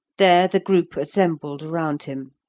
there the group assembled around him.